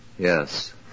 Yes